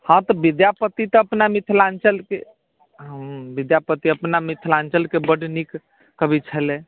हँ तऽ विद्यापति तऽ अपना मिथिलाञ्चलके हम्म विद्यापति अपना मिथिलाञ्चलके बड्ड नीक कवि छलै